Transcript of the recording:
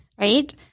Right